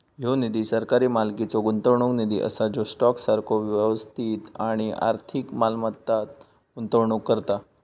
ह्यो निधी सरकारी मालकीचो गुंतवणूक निधी असा जो स्टॉक सारखो वास्तविक आणि आर्थिक मालमत्तांत गुंतवणूक करता